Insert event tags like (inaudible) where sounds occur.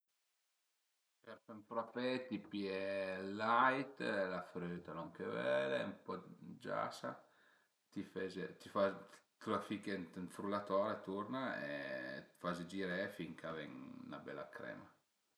Për fe ën frappé ti pìe ël lait, la früta lon che völe, ën po 'd giasa (hesitation) t'la fiche ënt ün frullatore turna e faze giré fin ch'a ven 'na bela crema